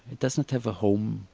it does not have a home,